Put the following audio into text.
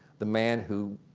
the man who,